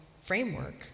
framework